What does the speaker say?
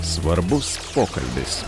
svarbus suokalbis